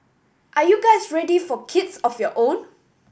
are you guys ready for kids of your own